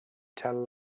tell